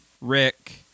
Rick